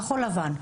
כחול לבן.